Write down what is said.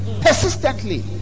Persistently